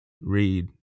read